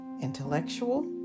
intellectual